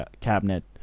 cabinet